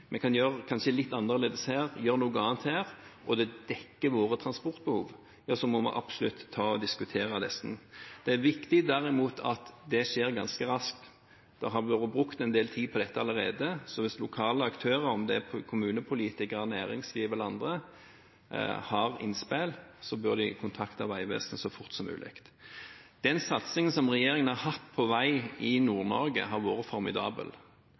kanskje kan gjøres litt annerledes – gjøre noe annet her – og det dekker våre transportbehov, ja, så må vi absolutt diskutere det. Det er derimot viktig at det skjer ganske raskt. Det har vært brukt en del tid på dette allerede, så hvis lokale aktører – om det er kommunepolitikere, næringsliv eller andre – har innspill, bør de kontakte Vegvesenet så fort som mulig. Den satsingen som regjeringen har hatt på vei i Nord-Norge, har vært formidabel.